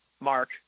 Mark